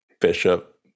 Bishop